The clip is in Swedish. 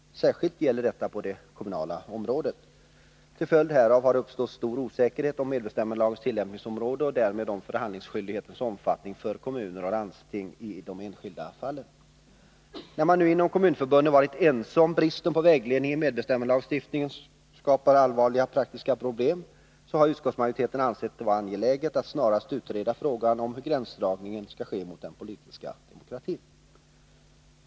Särskilt gäller det på det kommunala området. Till följd härav har det uppstått en stor osäkerhet om medbestämmandelagens tillämpningsområde och därmed om förhandlingsskyldighetens omfattning för kommuner och landsting i de enskilda fallen. När man nu inom kommunförbunden varit ense om att bristen på vägledning i medbestämmandelagstiftningen skapar allvarliga praktiska problem, har utskottsmajoriteten ansett det vara angeläget att man snarast utreder frågan om gränsdragningen mot den politiska demokratin.